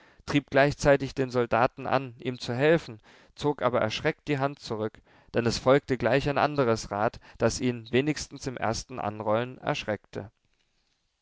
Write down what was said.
trieb gleichzeitig den soldaten an ihm zu helfen zog aber erschreckt die hand zurück denn es folgte gleich ein anderes rad das ihn wenigstens im ersten anrollen erschreckte